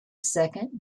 second